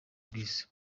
rw’isi